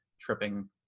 tripping